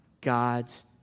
God's